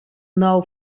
nou